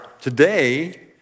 today